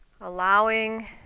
allowing